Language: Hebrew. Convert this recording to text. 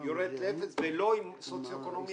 שלה יורדת לאפס ולא עם מצב סוציו אקונומי